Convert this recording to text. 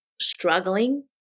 struggling